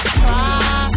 try